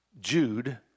Jude